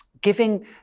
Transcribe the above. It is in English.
Giving